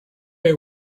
may